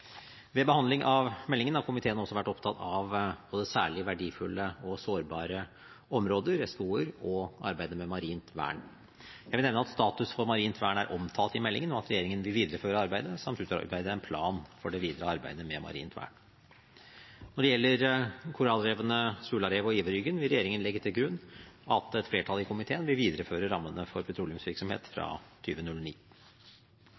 Ved behandling av meldingen har komiteen også vært opptatt av både særlig verdifulle og sårbare områder, SVO-er, og arbeidet med marint vern. Jeg vil nevne at status for marint vern er omtalt i meldingen, og at regjeringen vil videreføre arbeidet samt utarbeide en plan for det videre arbeidet med marint vern. Når det gjelder korallrevene Sularevet og Iverryggen, vil regjeringen legge til grunn at et flertall i komiteen vil videreføre rammene for petroleumsvirksomhet fra